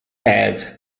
adds